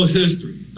history